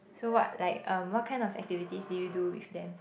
so what like uh what kind of activities did you do with them